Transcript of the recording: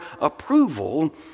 approval